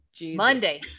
Monday